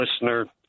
listener